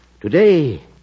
today